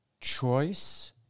choice